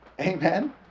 Amen